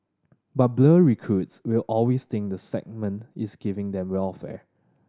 but blur recruits will always think the sergeant is giving them welfare